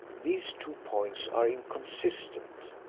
these two points are inconsistent.